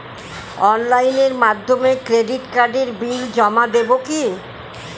অনলাইনের মাধ্যমে ক্রেডিট কার্ডের বিল জমা দেবো কি?